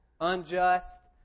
Unjust